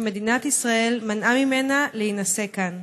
שמדינת ישראל מנעה ממנה להינשא כאן: